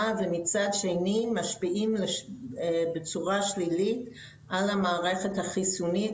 ומצד שני משפיעים בצורה שלילית על המערכת החיסונית,